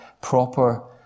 proper